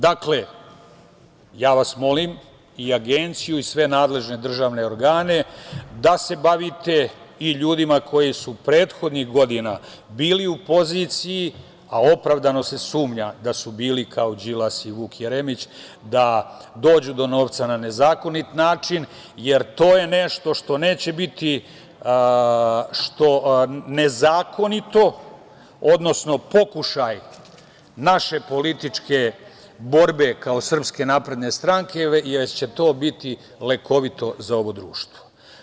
Dakle, ja vas molim i Agenciju i sve nadležne državne organe da se bavite i ljudima koji su prethodnih godina bili u poziciji, a opravdano se sumnja da su bili kao Đilas i Vuk Jeremić, da dođu do novca na nezakonit način, jer to je nešto što neće biti nezakonito, odnosno pokušaj naše političke borbe kao SNS, već će to biti lekovito za ovo društvo.